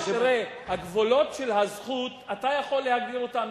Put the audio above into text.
תראה, הגבולות של הזכות, אתה יכול להגדיר אותם.